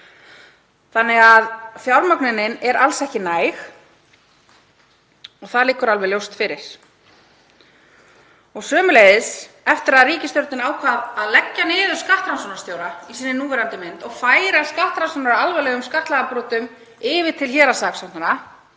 Þannig að fjármögnunin er alls ekki næg og það liggur alveg ljóst fyrir. Sömuleiðis eftir að ríkisstjórnin ákvað að leggja niður skattrannsóknarstjóra í núverandi mynd og færa skattrannsóknir á alvarlegum skattalagabrotum yfir til héraðssaksóknara